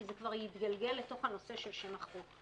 כי זה כבר התגלגל לתוך הנושא של שם החוק.